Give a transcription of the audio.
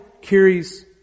carries